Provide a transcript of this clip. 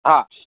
હા